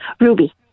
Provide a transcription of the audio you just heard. ruby